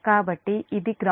కాబట్టి ఇది గ్రౌన్దేడ్